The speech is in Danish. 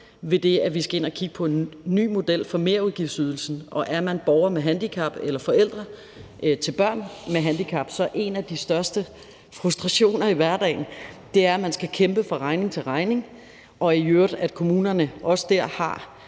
idet at vi skal ind og kigge på en ny model for merudgiftsydelsen. Og er man borger med handicap eller forældre til børn med handicap, er en af de største frustrationer i hverdagen, at man skal kæmpe fra regning til regning, og i øvrigt at kommunerne også der har